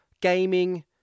gaming